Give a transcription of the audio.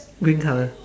green colour